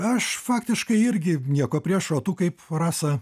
aš faktiškai irgi nieko prieš o tu kaip rasa